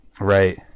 Right